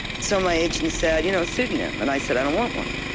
so my agent said you know a pseudonym and i said i don't want one,